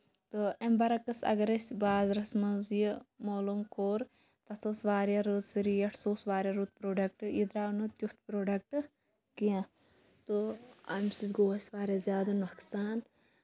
تہٕ اَمہِ برعکس اَگر أسۍ بازرَس منٛز یہِ معلوٗم کوٚر تَتھ ٲس واریاہ رٔژٕ ریٹ سُہ اوس واریاہ رُت پروڈَکٹ یہِ دراو نہٕ تیُتھ بروڈَکٹ کیٚنہہ تہٕ اَمہِ سۭتۍ گوٚو اَسہِ واریاہ زیادٕ نۄقصان